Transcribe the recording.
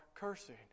cursing